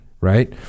right